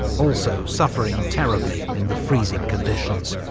also suffering terribly in the freezing conditions.